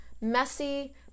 messy